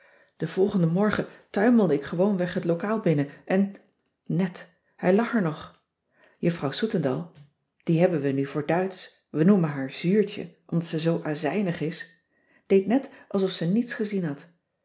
heul volgenden morgen tuimelde ik gewoonweg het locaal binnen en net hij lag er nog juffrouw soetendal die hebben we nu voor duitsch we noemen haar zuurtje omdat ze zoo azijnig is deed net alsof ze niets gezien had